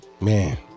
Man